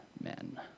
men